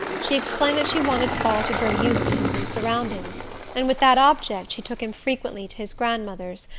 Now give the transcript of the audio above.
she explained that she wanted paul to grow used to his new surroundings and with that object she took him frequently to his grandmother's,